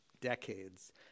decades